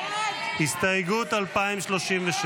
הסתייגות 2036